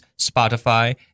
Spotify